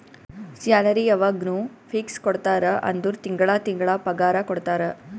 salary ಯವಾಗ್ನೂ fix ಕೊಡ್ತಾರ ಅಂದುರ್ ತಿಂಗಳಾ ತಿಂಗಳಾ ಪಗಾರ ಕೊಡ್ತಾರ